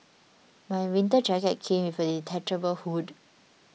my winter jacket came with a detachable hood